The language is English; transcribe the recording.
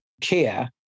Kia